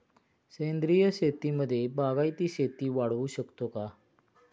सेंद्रिय शेतीमध्ये बागायती शेती वाढवू शकतो का?